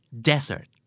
Desert